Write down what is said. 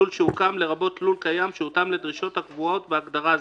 "לול שהוקם" לרבות לול קיים שהותאם לדרישות הקבועות בהגדרה זו,